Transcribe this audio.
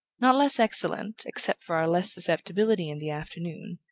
not less excellent, except for our less susceptibility in the afternoon,